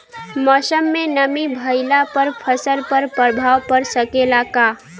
मौसम में नमी भइला पर फसल पर प्रभाव पड़ सकेला का?